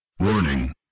Warning